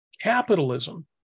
capitalism